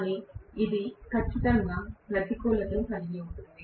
కానీ ఇది ఖచ్చితంగా ప్రతికూలతను కలిగి ఉంటుంది